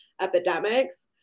epidemics